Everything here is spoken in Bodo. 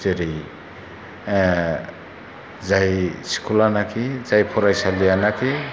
जेरै जाय स्कुला नाखि जाय फरायसालिया नाखि